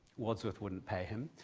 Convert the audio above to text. wadsworth wouldn't pay him.